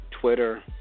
Twitter